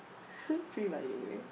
free money anyway